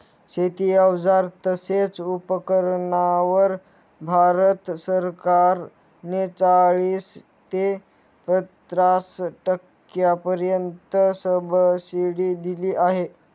शेती अवजार तसेच उपकरणांवर भारत सरकार ने चाळीस ते पन्नास टक्क्यांपर्यंत सबसिडी दिली आहे